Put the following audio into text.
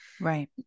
Right